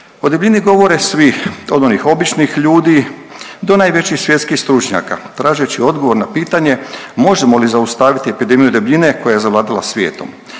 O debljini govore svi od onih običnih ljudi do najvećih svjetskih stručnjaka tražeći odgovor na pitanje možemo li zaustaviti epidemiju debljine koja je zavladala svijetom.